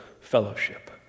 fellowship